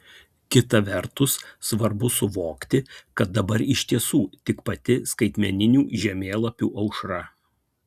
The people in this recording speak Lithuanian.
kita vertus svarbu suvokti kad dabar iš tiesų tik pati skaitmeninių žemėlapių aušra